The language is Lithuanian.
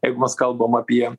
jeigu mes kalbam apie